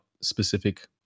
specific